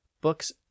Books